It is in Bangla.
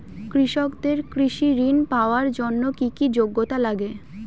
কৃষকদের কৃষি ঋণ পাওয়ার জন্য কী কী যোগ্যতা লাগে?